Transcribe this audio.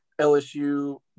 LSU